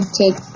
take